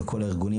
לכל הארגונים,